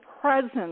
presence